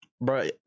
bro